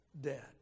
debt